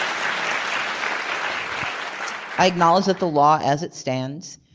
um i acknowledged that the law as it stands